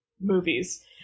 movies